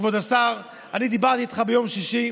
כבוד השר: אני דיברתי איתך ביום שישי,